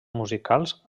musicals